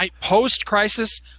post-Crisis